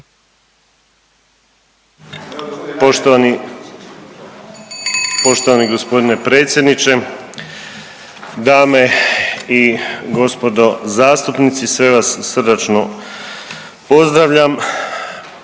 poštovani g. predsjedniče, dame i gospodo zastupnici sve vas srdačno pozdravljam